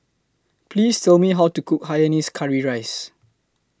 Please Tell Me How to Cook Hainanese Curry Rice